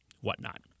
whatnot